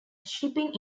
shipping